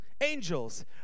Angels